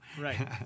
right